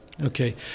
Okay